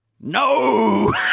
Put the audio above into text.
no